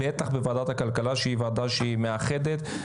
בטח בוועדת הכלכלה, שהיא ועדה שהיא מאחדת.